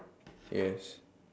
yes